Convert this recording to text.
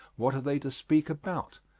what are they to speak about?